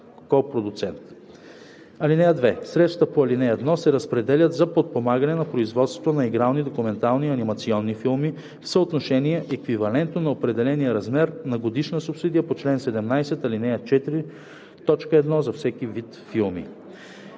(2) Средствата по ал. 1 се разпределят за подпомагане на производството на игрални, документални и анимационни филми в съотношение, еквивалентно на определения размер на годишна субсидия по чл. 17, ал. 4, т. 1 за всеки вид филми.